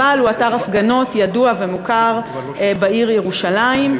אבל הוא אתר הפגנות ידוע ומוכר בעיר ירושלים.